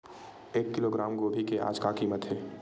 एक किलोग्राम गोभी के आज का कीमत हे?